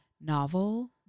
novel